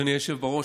אדוני היושב-ראש,